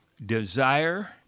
Desire